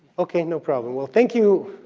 okay, no problem. well, thank you.